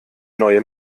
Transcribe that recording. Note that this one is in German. neue